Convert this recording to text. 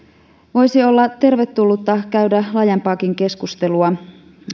voisi olla tervetullutta käydä laajempaakin keskustelua